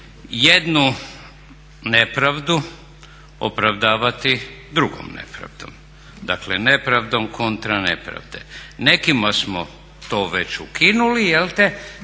jednu nepravdu opravdavati drugom nepravdom, dakle nepravdom kontra nepravde. Nekima smo to već ukinuli te